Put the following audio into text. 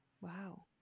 Wow